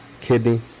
kidney